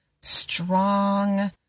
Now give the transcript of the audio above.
strong